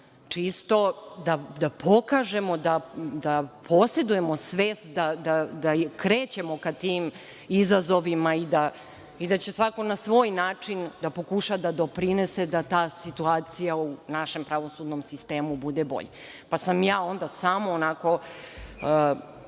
čisto da pokažemo da posedujemo svest da krećemo ka tim izazovima i da će svako na svoj način da pokuša da doprinese da ta situacija u našem pravosudnom sistemu bude bolja. Onda sam ja samo onako